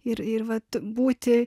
ir ir vat būti